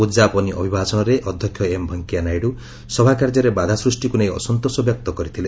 ଉଦ୍ଯାପନୀ ଅଭିଭାଷଣରେ ଅଧ୍ୟକ୍ଷ ଏମ ଭେଙ୍କୟା ନାଇଡ଼ ସଭା କାର୍ଯ୍ୟରେ ବାଧା ସୃଷ୍ଟିକୃ ନେଇ ଅସନ୍ତୋଷ ବ୍ୟକ୍ତ କରିଥିଲେ